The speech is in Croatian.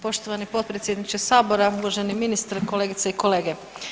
Poštovani potpredsjedniče Sabora, uvaženi ministre, kolegice i kolege.